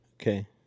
Okay